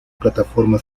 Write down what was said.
plataforma